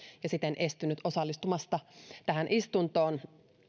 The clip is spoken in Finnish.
ja siten estynyt osallistumasta tähän istuntoon